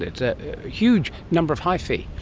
it. a huge number of hyphae.